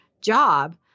job